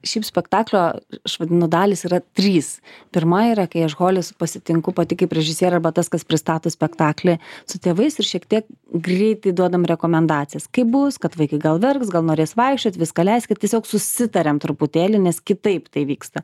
šiaip spektaklio aš vadinu dalys yra trys pirma yra kai aš hole pasitinku pati kaip režisierė arba tas kas pristato spektaklį su tėvais ir šiek tiek greitai duodam rekomendacijas kaip bus kad vaikai gal verks gal norės vaikščiot viską leiskit tiesiog susitariam truputėlį nes kitaip tai vyksta